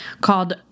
called